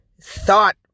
thought